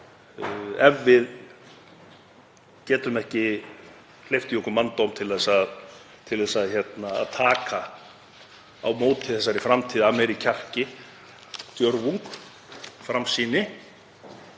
ef við getum ekki hleypt í okkur manndómi til að taka á móti þessari framtíð af meiri kjarki, djörfung, framsýni